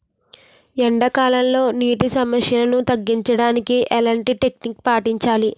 ఎండా కాలంలో, నీటి సమస్యలను తగ్గించడానికి ఎలాంటి టెక్నిక్ పాటించాలి?